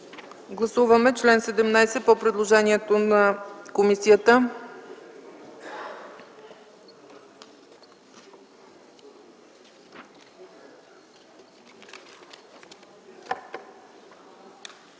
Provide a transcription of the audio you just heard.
Гласуваме чл. 17 по предложение на комисията.